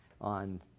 on